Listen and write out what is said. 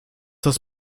das